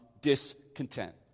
discontent